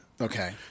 Okay